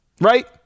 right